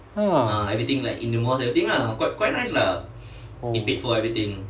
!huh! oh